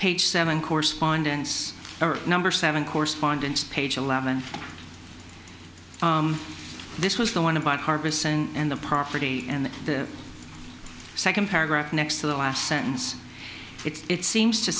page seven correspondence or number seven correspondence page eleven this was the one about harbison and the property and the second paragraph next to the last sentence it seems to